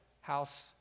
house